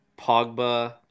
Pogba